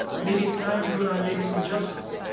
maybe it's time you and i make some adjustments.